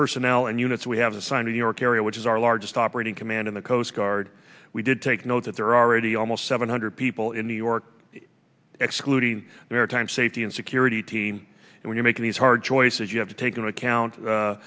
personnel and units we have assigned a new york area which is our largest operating command in the coast guard we did take note that there are already almost seven hundred people in new york excluding maritime safety and security team and we are making these hard choices you have to take into account